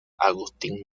agustín